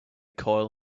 coil